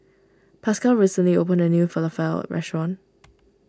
Pascal recently opened a new Falafel restaurant